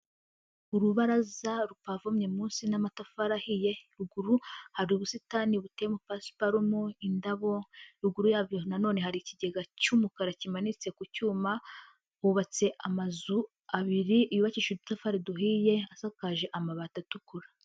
Urubaraza rupavomye munsi n'amatafari ahiye, ruguru hari ubusitani butemo pasiparumu, indabo, ruguru yabyo na none hari ikigega cy'umukara kimanitse ku cyuma, hubatse amazu abiri yubakishije idutafari duhiye, asakaje amabati atukura.